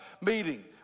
meeting